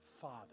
Father